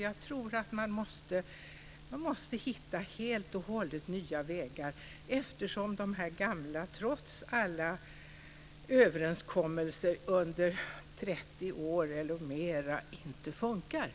Jag tror att man måste hitta helt nya vägar eftersom de gamla vägarna, trots alla överenskommelser under 30 år eller mer, inte fungerar.